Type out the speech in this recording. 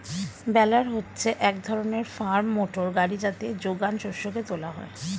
বেলার হচ্ছে এক ধরনের ফার্ম মোটর গাড়ি যাতে যোগান শস্যকে তোলা হয়